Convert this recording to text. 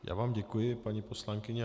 Já vám děkuji, paní poslankyně.